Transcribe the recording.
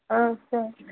ஆ சரி